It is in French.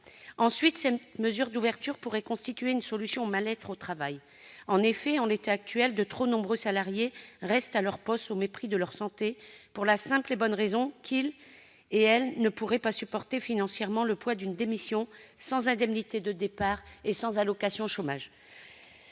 Ensuite, cette mesure d'ouverture pourrait constituer une solution au mal-être au travail. En effet, en l'état actuel, de trop nombreux salariés restent à leur poste au mépris de leur santé pour la simple et bonne raison qu'ils ne pourraient pas supporter financièrement le poids d'une démission sans indemnité de départ et sans allocation chômage.